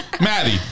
Maddie